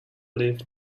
live